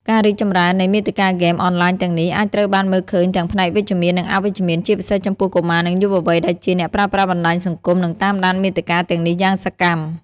ការរីកចម្រើននៃមាតិកាហ្គេមអនឡាញទាំងនេះ អាចត្រូវបានមើលឃើញទាំងផ្នែកវិជ្ជមាន និងអវិជ្ជមាន ជាពិសេសចំពោះកុមារ និងយុវវ័យ ដែលជាអ្នកប្រើប្រាស់បណ្ដាញសង្គម និងតាមដានមាតិកាទាំងនេះយ៉ាងសកម្ម។